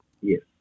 Yes